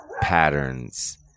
patterns